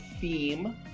theme